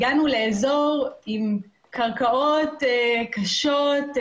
הגענו לאזור עם קרקעות קשות,